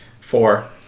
Four